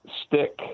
stick